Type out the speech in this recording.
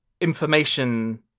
information